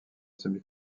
semi